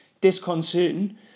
disconcerting